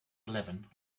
eleven